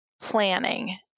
planning